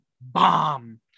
bomb